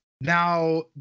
now